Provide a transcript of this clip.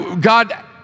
God